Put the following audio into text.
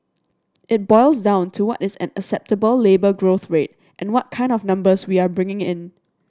it boils down to what is an acceptable labour growth rate and what kind of numbers we are bringing in